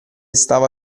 stava